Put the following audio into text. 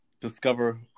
discover